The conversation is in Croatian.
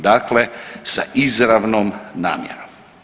Dakle, sa izravnom namjerom.